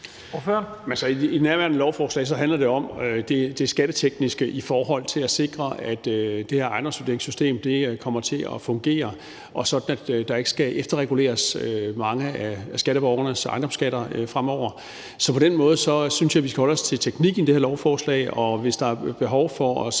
i nærværende lovforslag handler det om det skattetekniske i forhold til at sikre, at det her ejendomsvurderingssystem kommer til at fungere, sådan at der ikke skal efterreguleres i forbindelse med mange af skatteborgernes ejendomsskatter fremover. Så derfor synes jeg, at vi skal holde os til teknikken i det her lovforslag, og hvis der er behov for at